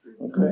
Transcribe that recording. Okay